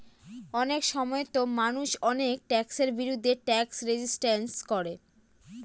অনেক সময়তো মানুষ অনেক ট্যাক্সের বিরুদ্ধে ট্যাক্স রেজিস্ট্যান্স করে